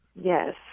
Yes